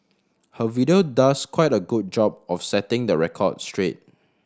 her video does quite a good job of setting the record straight